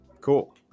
cool